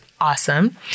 awesome